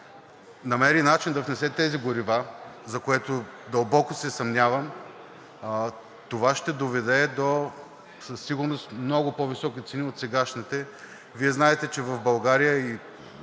намери начин да внесе тези горива, за което дълбоко се съмнявам, това ще доведе със сигурност до много по-високи цени от сегашните. Вие знаете, че в България и